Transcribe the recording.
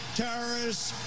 terrorists